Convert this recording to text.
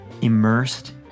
immersed